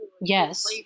Yes